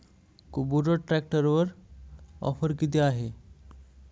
Kubota ट्रॅक्टरवर offer किती आहे?